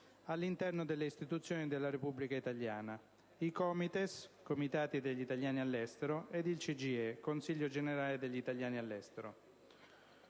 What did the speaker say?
all'interno delle istituzioni della Repubblica italiana: i COMITES (Comitati degli italiani all'estero) ed il CGIE (Consiglio generale degli italiani all'estero).